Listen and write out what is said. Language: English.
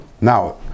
Now